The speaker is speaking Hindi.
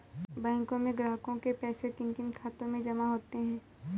बैंकों में ग्राहकों के पैसे किन किन खातों में जमा होते हैं?